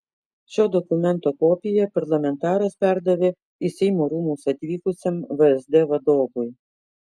šio dokumento kopiją parlamentaras perdavė į seimo rūmus atvykusiam vsd vadovui